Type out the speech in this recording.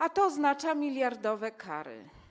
A to oznacza miliardowe kary.